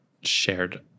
shared